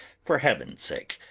for heaven's sake!